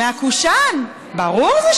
ברור שזה